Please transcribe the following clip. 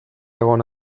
egon